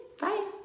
Bye